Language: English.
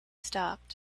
stopped